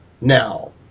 now